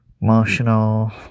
Emotional